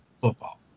football